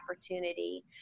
opportunity